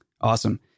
Awesome